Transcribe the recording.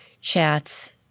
chats